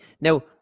Now